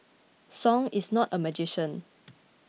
Song is not a magician